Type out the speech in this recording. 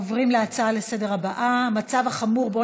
עוברים להצעה לסדר-היום הבאה: המצב החמור שבו